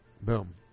Boom